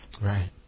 Right